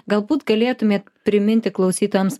galbūt galėtumėt priminti klausytojams